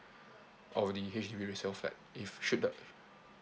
of the H_D_B resale flat if should the